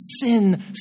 sin